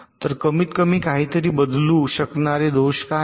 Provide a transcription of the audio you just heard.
तर कमीतकमी काहीतरी बदलू शकणारे दोष काय आहेत